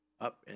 up